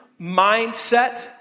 mindset